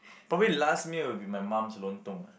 probably last meal would be my mom's Lontong ah